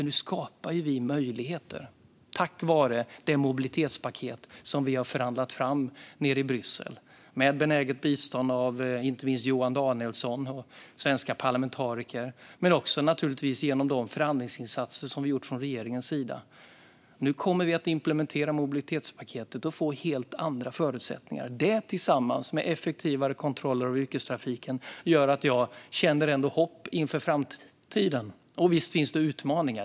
Nu skapar vi möjligheter tack vare det mobilitetspaket som vi har förhandlat fram nere i Bryssel med benäget bistånd av inte minst Johan Danielsson och svenska parlamentariker och också naturligtvis genom de förhandlingsinsatser som vi har gjort från regeringens sida. Nu kommer vi att implementera mobilitetspaketet och få helt andra förutsättningar. Detta, tillsammans med effektivare kontroller av yrkestrafiken, gör att jag känner hopp inför framtiden. Visst finns det utmaningar.